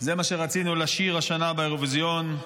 זה מה שרצינו לשיר השנה באירוויזיון.